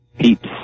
peeps